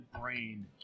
brain